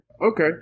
Okay